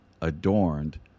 adorned